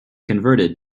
converted